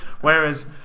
whereas